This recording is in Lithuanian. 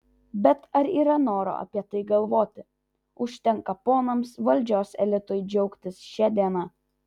bet ar yra noro apie tai galvoti užtenka ponams valdžios elitui džiaugtis šia diena